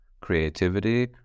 creativity